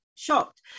shocked